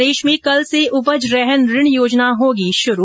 प्रदेश में कल से उपज रहन ऋण योजना होगी शुरू